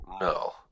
No